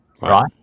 right